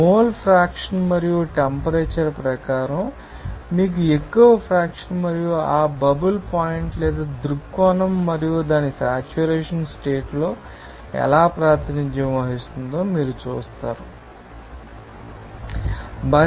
mole fraction మరియు temperature ప్రకారం మీకు ఎక్కువ ఫ్రాక్షన్ మరియు ఆ బబుల్ పాయింట్ లేదా దృక్కోణం మరియు దాని సెట్యురేషన్ స్టేట్ లో ఎలా ప్రాతినిధ్యం వహిస్తుందో మీకు తెలుస్తుంది మనకు దీని నుండి మీకు ఈ పేజీ డయాగ్రమ్ ఇక్కడ తెలుసు